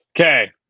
Okay